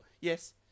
yes